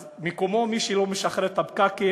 אז מקומו של מי שלא משחרר את הפקקים,